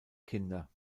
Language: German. kinder